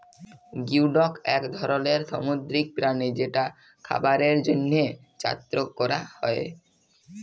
geoduck এক ধরলের সামুদ্রিক প্রাণী যেটা খাবারের জন্হে চাএ ক্যরা হ্যয়ে